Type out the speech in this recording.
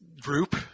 group